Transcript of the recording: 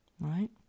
right